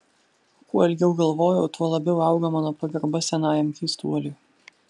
kuo ilgiau galvojau tuo labiau augo mano pagarba senajam keistuoliui